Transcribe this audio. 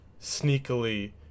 sneakily